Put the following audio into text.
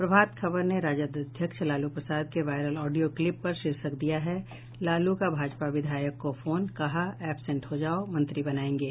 प्रभात खबर ने राजद अध्यक्ष लालू प्रसाद के वायरल ऑडियो क्लिप पर शीर्षक दिया है लालू का भाजपा विधायक को फोन कहा एबसेंट हो जाओ मंत्री बनायेंगे